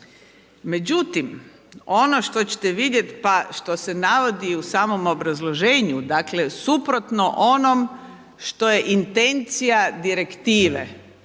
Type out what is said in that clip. Međutim, ono što ćete vidjet, pa što se navodi u samom obrazloženju dakle, suprotno onom što je intencija direktive